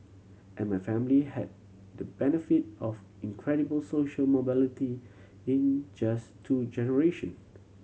and my family had the benefit of incredible social mobility in just two generation